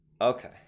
okay